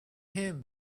him